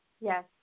Yes